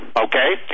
okay